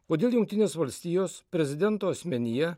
kodėl jungtinės valstijos prezidento asmenyje